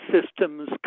systems